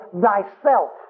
thyself